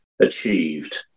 achieved